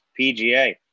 pga